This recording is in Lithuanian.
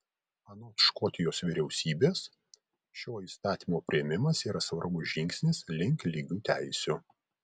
anot škotijos vyriausybės šio įstatymo priėmimas yra svarbus žingsnis link lygių teisių